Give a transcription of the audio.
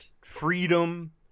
freedom